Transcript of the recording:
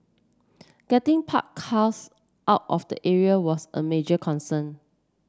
getting parked cars out of the area was a major concern